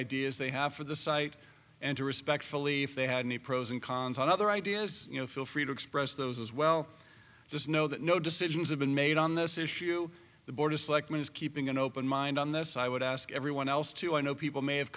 ideas they have for the site and to respectfully if they had the pros and cons and other ideas you know feel free to express those as well just know that no decisions have been made on this issue the board of selectmen is keeping an open mind on this i would ask everyone else to i know people may have